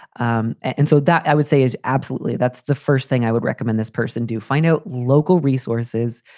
um and so that, i would say is absolutely that's the first thing i would recommend this person do, find out local resources,